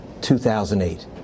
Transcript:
2008